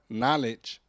knowledge